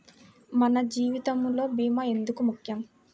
మన జీవితములో భీమా ఎందుకు ముఖ్యం?